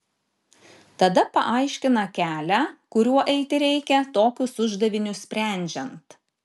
tada paaiškina kelią kuriuo eiti reikia tokius uždavinius sprendžiant